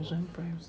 amazon prime